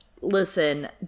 Listen